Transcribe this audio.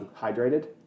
hydrated